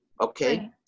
Okay